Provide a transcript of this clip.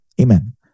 Amen